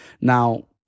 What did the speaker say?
Now